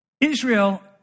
Israel